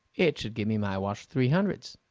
it should give me my wash three hundred s.